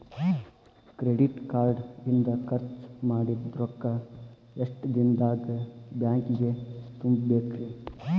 Credit card ಇಂದ್ ಖರ್ಚ್ ಮಾಡಿದ್ ರೊಕ್ಕಾ ಎಷ್ಟ ದಿನದಾಗ್ ಬ್ಯಾಂಕಿಗೆ ತುಂಬೇಕ್ರಿ?